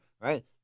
right